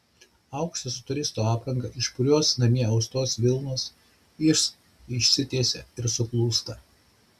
aukštas su turisto apranga iš purios namie austos vilnos jis išsitiesia ir suklūsta